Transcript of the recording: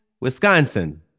wisconsin